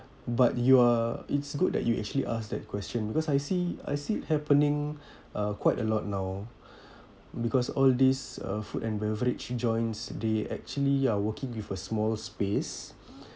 but you are it's good that you actually asked that question because I see I see it happening uh quite a lot now because all this uh food and beverage joints they actually are working with a small space